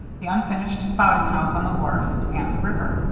the unfinished spouting house on the wharf, and the river.